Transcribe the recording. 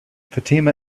fatima